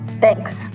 Thanks